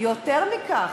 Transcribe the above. יותר מכך,